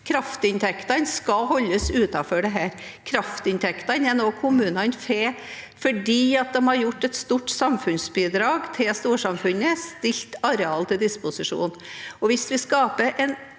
Kraftinntektene skal holdes utenfor dette. Kraftinntektene er noe kommunene får fordi de har gitt et stort samfunnsbidrag til storsamfunnet og stilt areal til disposisjon.